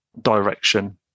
direction